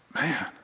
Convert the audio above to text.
Man